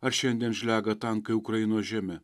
ar šiandien žlega tankai ukrainos žeme